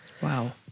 Wow